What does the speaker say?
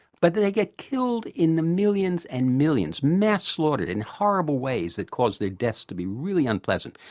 but they get killed in the millions and millions, mass slaughtered in horrible ways that cause their deaths to be really unpleasant,